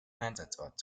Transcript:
einsatzort